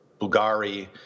Bugari